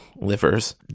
livers